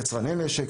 יצרני נשק,